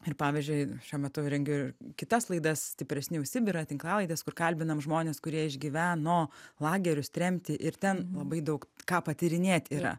ir pavyzdžiui šiuo metu rengiu ir kitas laidas stipresni už sibirą tinklalaides kur kalbinam žmones kurie išgyveno lagerius tremtį ir ten labai daug ką patyrinėt yra